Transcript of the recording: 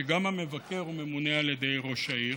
שגם המבוקר הוא ממונה על ידי ראש העיר.